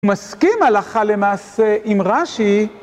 מסכים הלכה למעשה עם רשי